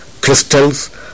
crystals